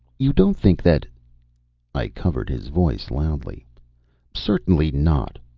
you don't think that i covered his voice loudly certainly not.